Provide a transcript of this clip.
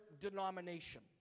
denomination